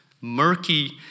murky